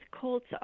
cults